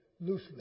loosely